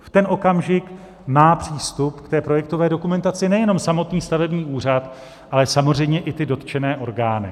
V ten okamžik má přístup k projektové dokumentaci nejenom samotný stavební úřad, ale samozřejmě i dotčené orgány.